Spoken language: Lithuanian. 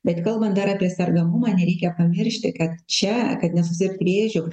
bet kalbant dar apie sergamumą nereikia pamiršti kad čia kad nesusirgt vėžiu